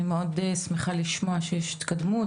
אני מאוד שמחה לשמוע שיש התקדמות,